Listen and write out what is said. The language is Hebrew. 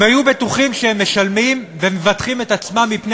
הם היו בטוחים שהם משלמים ומבטחים את עצמם מפני